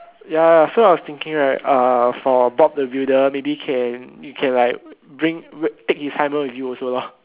ya so I was thinking right uh for Bob the builder maybe can you can like bring take his hammer with you also loh